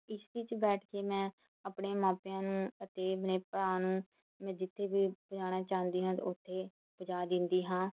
ਇਸ ਵਿੱਚ ਬੈਠ ਕੇ ਮੈਂ ਆਪਣੇ ਮਾਪਿਆਂ ਨੂੰ ਅਤੇ ਆਪਣੇ ਭਰਾ ਨੂੰ ਮੈਂ ਜਿੱਥੇ ਵੀ ਪੁਜਾਣਾ ਚਾਹੁੰਦੀ ਹਾਂ ਉੱਥੇ ਪੁਜਾ ਦਿੰਦੀ ਹਾਂ